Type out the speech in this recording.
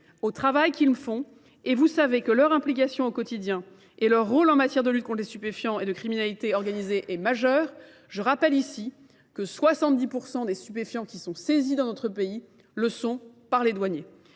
au travail qu'ils font et vous savez que leur implication au quotidien et leur rôle en matière de lutte contre les stupéfiants et de criminalité organisée est majeure. Je rappelle ici que 70% des stupéfiants qui sont saisis dans notre pays le sont par les douaniers.